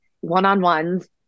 one-on-ones